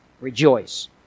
rejoice